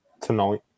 tonight